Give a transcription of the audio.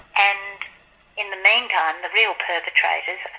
and in the meantime, the real perpetrators